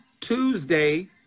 Tuesday